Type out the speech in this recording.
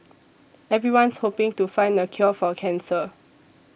everyone's hoping to find the cure for cancer